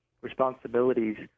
responsibilities